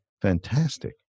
Fantastic